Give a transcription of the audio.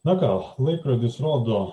na ką laikrodis rodo